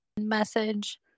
message